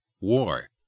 war